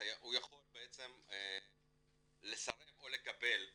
הוא יכול בעצם לסרב או לקבל אישור,